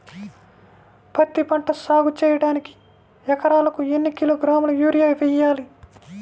పత్తిపంట సాగు చేయడానికి ఎకరాలకు ఎన్ని కిలోగ్రాముల యూరియా వేయాలి?